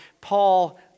Paul